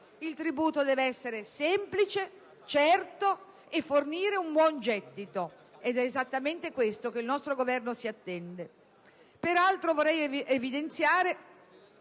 il tributo deve essere semplice, certo e fornire un buon gettito. È esattamente questo che il nostro Governo si attende. Vorrei altresì evidenziare